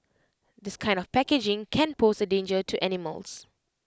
this kind of packaging can pose A danger to animals